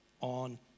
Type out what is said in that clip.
on